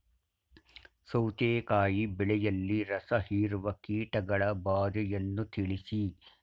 ಸೌತೆಕಾಯಿ ಬೆಳೆಯಲ್ಲಿ ರಸಹೀರುವ ಕೀಟಗಳ ಬಾಧೆಯನ್ನು ತಿಳಿಸಿ?